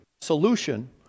solution